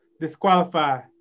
disqualify